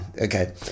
Okay